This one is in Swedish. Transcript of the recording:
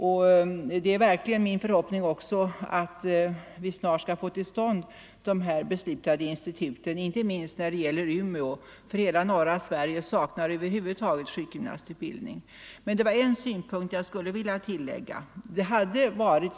Det är verkligen också min förhoppning att vi snart skall få till stånd de beslutade instituten, inte minst det i Umeå. Norra Sverige saknar nämligen helt sjukgymnastutbildning. Men jag vill tillägga en synpunkt.